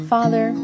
Father